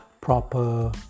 proper